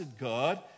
God